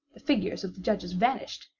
the figures of the judges vanished,